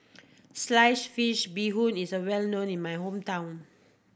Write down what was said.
sliced fish Bee Hoon Soup is well known in my hometown